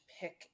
pick